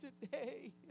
today